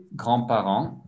grands-parents